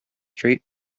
straight